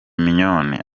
mignonne